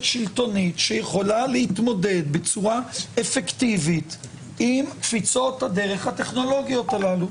שלטונית שיכולה להתמודד בצורה אפקטיבית עם קפיצות הדרך הטכנולוגיות הללו.